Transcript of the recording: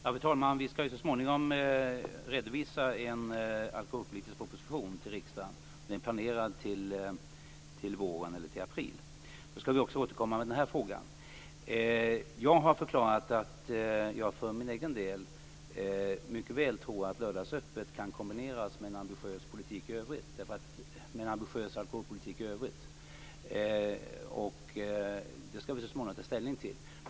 Fru talman! Vi skall så småningom redovisa en alkoholpolitisk proposition till riksdagen. Den är planerad till april månad. Då skall vi också återkomma med den här frågan. Jag har förklarat att jag för min egen del mycket väl tror att lördagsöppet kan kombineras med en ambitiös alkoholpolitik i övrigt. Det skall vi så småningom ta ställning till.